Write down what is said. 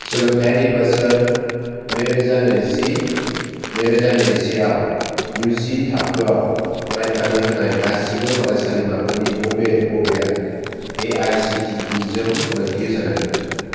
सोलोंथाइयारि बोसोर नैरोजानैजि नैरोजानैजिसे आव इउ जि थाखोआव फरायफारि होनाय गासिबो फरायसालिमाफोरनि बबे बबेआ A I C T E जों गनायथि होजानाय